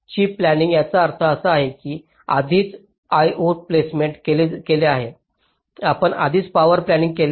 chip planning याचा अर्थ असा की आपण आधीच IO प्लेसमेंट केले आहे आपण आधीच पॉवर प्लानिंग केले आहे